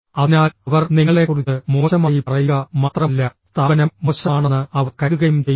അതിനാൽ അവർ നിങ്ങളെക്കുറിച്ച് മോശമായി പറയുക മാത്രമല്ല സ്ഥാപനം മോശമാണെന്ന് അവർ കരുതുകയും ചെയ്യും